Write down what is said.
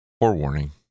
forewarning